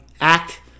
act